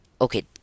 Okay